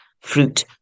fruit